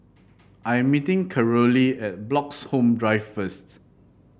I am meeting Carolee at Bloxhome Drive first